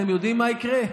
אתם יודעים מה יקרה?